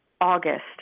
August